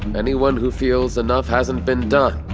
anyone who feels enough hasn't been done,